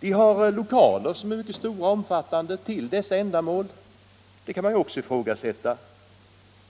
Institutets lokaler för dessa ändamål är stora och mycket omfattande, vilket man också kan ifrågasätta